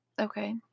okay